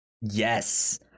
Yes